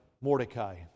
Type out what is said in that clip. Mordecai